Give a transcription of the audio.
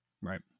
Right